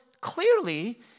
clearly